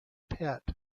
pet